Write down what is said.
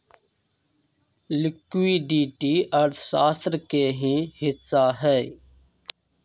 liquidity अर्थशास्त्र के ही हिस्सा हई